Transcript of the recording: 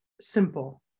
simple